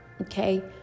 Okay